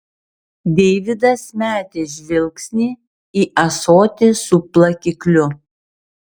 deividas metė žvilgsnį į ąsotį su plakikliu